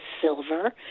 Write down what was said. silver